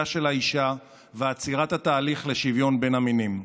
של האישה ועצירת התהליך לשוויון בין המינים.